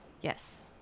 Yes